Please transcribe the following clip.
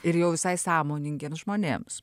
ir jau visai sąmoningiems žmonėms